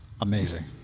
amazing